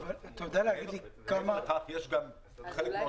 אבל יש פקחים ברכבת.